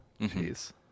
Jeez